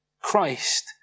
Christ